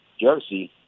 jersey